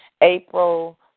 April